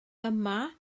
yma